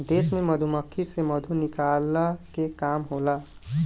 देश में मधुमक्खी से मधु निकलला के काम होला